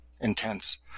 intense